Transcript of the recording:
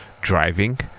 driving